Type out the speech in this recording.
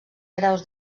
graus